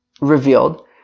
revealed